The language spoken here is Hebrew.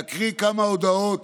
להקריא כמה הודעות